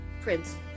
Prince